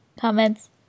comments